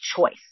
choice